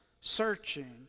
searching